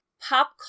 pop